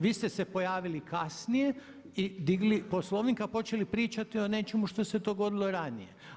Vi ste se pojavili kasnije i digli Poslovnik a počeli pričati o nečemu što se dogodilo ranije.